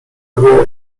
wie